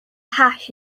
hash